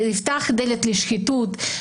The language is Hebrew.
זה יפתח דלת לשחיתות,